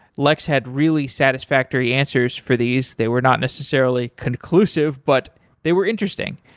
lex had really satisfactory answers for these. they were not necessarily conclusive, but they were interesting.